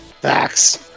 Facts